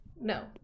No